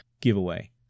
giveaway